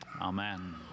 Amen